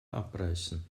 abreißen